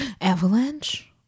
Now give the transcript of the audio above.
Avalanche